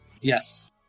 Yes